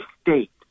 state